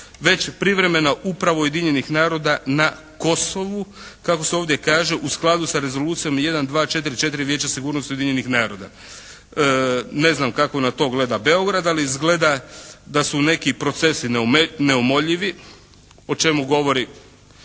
već privremena uprava Ujedinjenih naroda na Kosovu kako se ovdje kaže u skladu sa Rezolucijom 1244 Vijeća sigurnosti Ujedinjenih naroda. Ne znam kako na to gleda Beograd, ali izgleda da su neki procesi neumoljivi o čemu govori